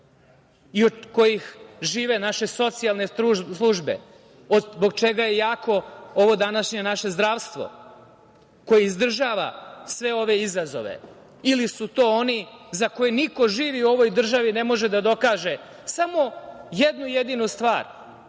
i od kojih žive naše socijalne službe, zbog čega je jako ovo naše današnje zdravstvo koje izdržava sve ove izazove. Ili su to oni za koje niko živi u ovoj državi ne može da dokaže samo jednu jedinu stvar